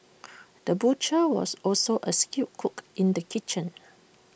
the butcher was also A skilled cook in the kitchen